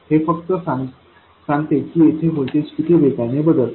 हे फक्त सांगते की येथे व्होल्टेज किती वेगाने बदलते